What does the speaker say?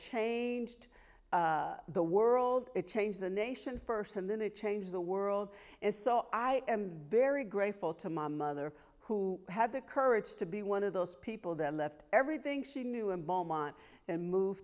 changed the world it changed the nation first and then it changed the world is so i am very grateful to my mother who had the courage to be one of those people that left everything she knew a moment and moved